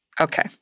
okay